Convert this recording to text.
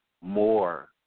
more